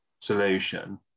solution